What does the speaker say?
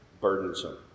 burdensome